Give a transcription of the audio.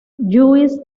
lluís